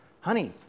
Honey